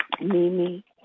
Mimi